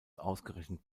ausgerechnet